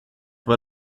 war